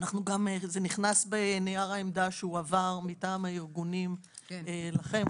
זה נכנס בנייר העמדה שהועבר מטעם הארגונים לכם,